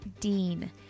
Dean